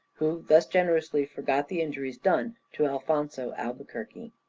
who thus generously forgot the injuries done to alfonzo albuquerque.